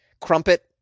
crumpet